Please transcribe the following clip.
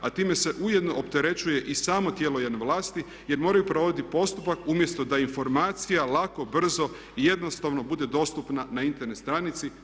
A time se ujedno opterećuje i samo tijelo jedne vlasti jer moraju provesti postupak umjesto da informacija lako, brzo i jednostavno bude dostupna na Internet stranici.